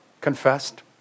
Confessed